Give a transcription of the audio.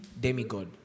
demigod